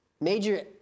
Major